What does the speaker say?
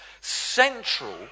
central